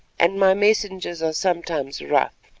and my messengers are sometimes rough.